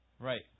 Right